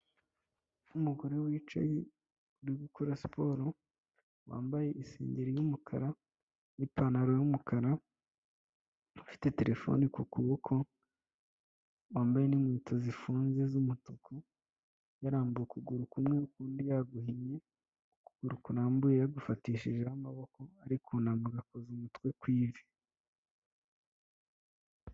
Nk'umugore wicaye uri gukora siporo wambaye isengeri y'umukara n'ipantaro y'umukara ufite terefone ku kuboko wambaye n'inkweto zifunze z'umutuku yarambuye ukuguru kumwe ukundi yaguhinnye ukuguru kurambuye yagufatishijeho amaboko arikunama agakoza umutwe ku ivi.